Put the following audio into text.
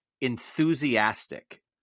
enthusiastic